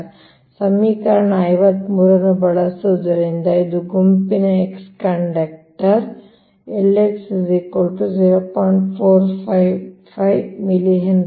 ಆದ್ದರಿಂದ ಸಮೀಕರಣ 53 ಅನ್ನು ಬಳಸುವುದರಿಂದ ಇದು ಗುಂಪಿನ x ಕಂಡಕ್ಟರ್ ಸಮನಾಗಿರುತ್ತದೆ